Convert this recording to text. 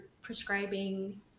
prescribing